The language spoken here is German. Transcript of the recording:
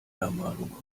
ermahnung